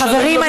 חברים,